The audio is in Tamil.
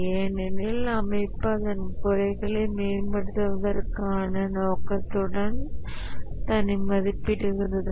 ஏனெனில் அமைப்பு அதன் குறைகளை மேம்படுத்துவதற்கான நோக்கத்துடன் தன்னை மதிப்பிடுகிறது